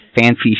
fancy